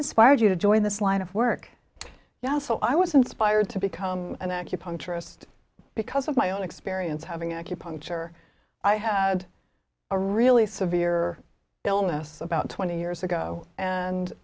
inspired you to join this line of work now so i was inspired to become an acupuncturist because of my own experience having acupuncture i had a really severe illness about twenty years ago and